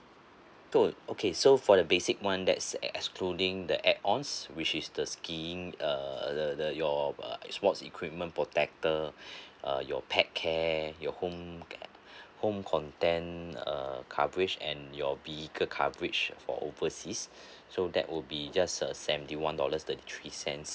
so okay so for the basic one that's ex~ excluding the add ons which is the skiing err the the your uh sports equipment protector uh your pet care your home home content err coverage and your vehicle coverage for overseas so that would be just a seventy one dollars thirty three cents